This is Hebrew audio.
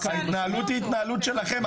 ההתנהלות היא התנהלות שלכם,